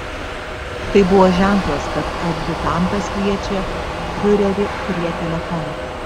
tai buvo ženklas kad adjutantas kviečia fiurerį prie telefono